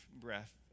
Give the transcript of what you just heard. breath